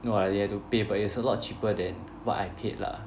no idea to pay but it's a lot cheaper than what I paid lah